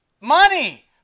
money